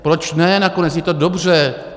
Proč ne, nakonec je to dobře.